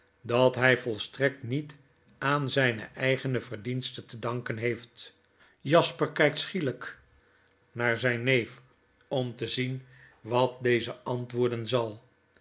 dat hg volstrekt niet aan zijne eigene verdiensten te danken heeft jasper kgkt schielijk naar zgn neef om te zien wat deze antwoorden zal